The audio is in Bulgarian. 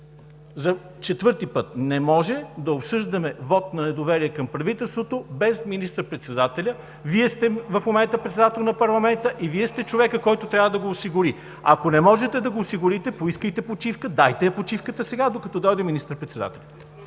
За четвърти път: не може да обсъждаме вот на недоверие към правителството, без министър-председателя. Вие в момента сте председател на парламента и Вие сте човекът, който трябва да го осигури. Ако не можете да го осигурите, поискайте почивка, дайте я почивката сега, докато дойде министър-председателят.